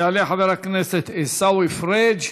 יעלה חבר הכנסת עיסאווי פריג',